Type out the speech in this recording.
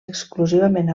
exclusivament